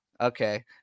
Okay